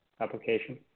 application